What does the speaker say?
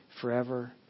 forever